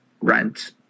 rent